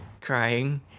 crying